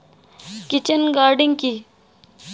Kitchen gardening কি?